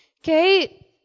Okay